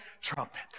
trumpet